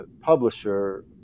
publisher